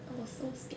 !wah! so scared